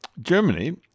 Germany